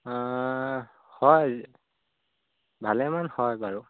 হয় ভালে মান হয় বাৰু